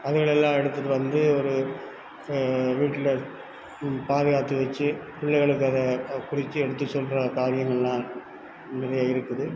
அதுகளை எல்லாம் எடுத்துட்டு வந்து ஒரு வீட்டில் பாதுகாத்து வைச்சி பிள்ளைகளுக்கு அதை குறித்து எடுத்து சொல்கிற காவியங்கள்லாம் நிறைய இருக்குது